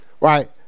Right